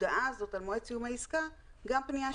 בהודעה הזאת על מועד סיום העסקה גם פניה שיווקית.